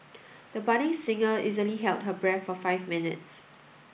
the budding singer easily held her breath for five minutes